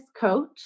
coach